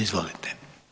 Izvolite.